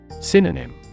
Synonym